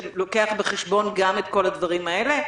שלוקח בחשבון גם את כל הדברים האלה?